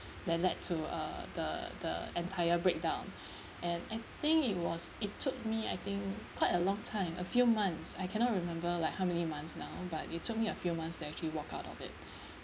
then led to uh the the entire breakdown and I think it was it took me I think quite a long time a few months I cannot remember like how many months now but it took me a few months to actually walk out of it